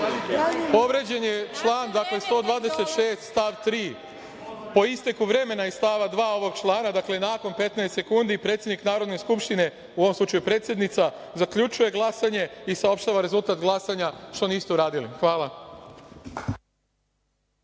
Povređen je član 126. stav 3. Po isteku vremena iz stava 2. ovog člana, dakle, nakon 15 sekundi, predsednik Narodne skupštine, u ovom slučaju predsednica, zaključuje glasanje i saopštava rezultat glasanja, što niste uradili. Hvala.